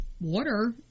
water